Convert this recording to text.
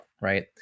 Right